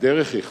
הדרך היא חשובה.